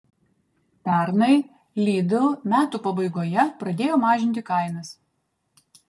pernai lidl metų pabaigoje pradėjo mažinti kainas